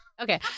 Okay